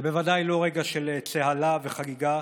זה בוודאי לא רגע של צהלה וחגיגה